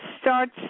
starts